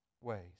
ways